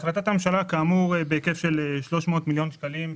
החלטת הממשלה היא בהיקף של 300 מיליון שקלים,